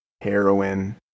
heroin